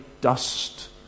dust